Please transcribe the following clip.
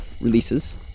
releases